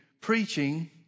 preaching